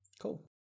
Cool